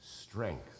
strength